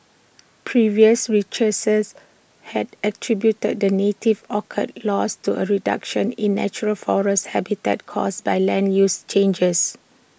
previous researchers had attributed the native orchid's loss to A reduction in natural forest habitats caused by land use changes